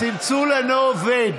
הצלצול אינו עובד.